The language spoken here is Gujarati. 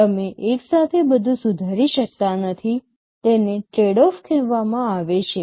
તમે એક સાથે બધું સુધારી શકતા નથી તેને ટ્રેડઓફ કહેવામાં આવે છે